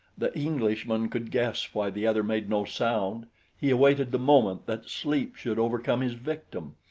the englishman could guess why the other made no sound he awaited the moment that sleep should overcome his victim.